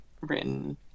written